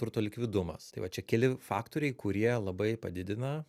turto likvidumas tai va čia keli faktoriai kurie labai padidina